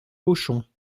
pochon